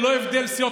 ללא הבדל סיעות,